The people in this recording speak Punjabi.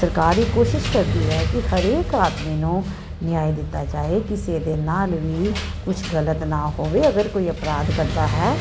ਸਰਕਾਰ ਇਹ ਕੋਸ਼ਿਸ਼ ਹੈ ਕਿ ਹਰੇਕ ਆਦਮੀ ਨੂੰ ਨਿਆਏ ਦਿੱਤਾ ਜਾਏ ਕਿਸੇ ਦੇ ਨਾਲ ਵੀ ਕੁਛ ਗਲਤ ਨਾ ਹੋਵੇ ਅਗਰ ਕੋਈ ਅਪਰਾਧ ਕਰਦਾ ਹੈ